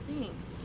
thanks